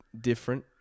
different